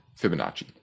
Fibonacci